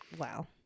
wow